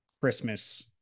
christmas